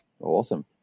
Awesome